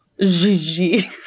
Gigi